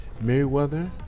meriwether